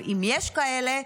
אם יש כאלה,